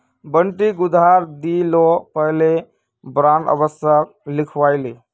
बंटिक उधार दि ल पहले बॉन्ड अवश्य लिखवइ ले